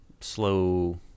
slow